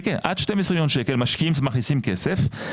כן כן, עד 12 מיליון שקל משקיעים שמכניסים כסף.